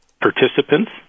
participants